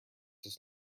does